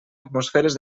atmosferes